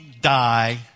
die